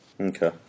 Okay